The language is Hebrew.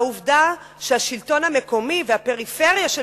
והעובדה היא שהשלטון המקומי והפריפריה של